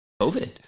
COVID